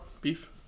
Beef